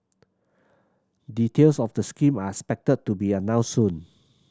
details of the scheme are expected to be announced soon